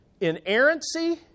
inerrancy